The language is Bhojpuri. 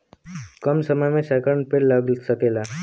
कम समय मे सैकड़न पेड़ लग सकेला